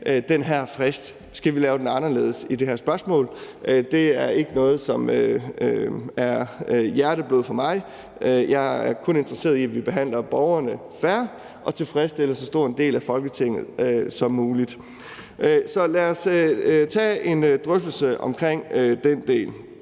den her frist. Om vi skal lave den anderledes i det her spørgsmål, er ikke noget, som er hjerteblod for mig, for jeg er kun interesseret i, at vi behandler borgerne fair og tilfredsstiller så stor en del af Folketinget som muligt. Så lad os tage en drøftelse af den del.